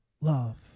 love